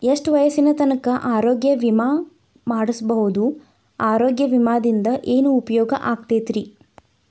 ಎಷ್ಟ ವಯಸ್ಸಿನ ತನಕ ಆರೋಗ್ಯ ವಿಮಾ ಮಾಡಸಬಹುದು ಆರೋಗ್ಯ ವಿಮಾದಿಂದ ಏನು ಉಪಯೋಗ ಆಗತೈತ್ರಿ?